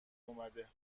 اومده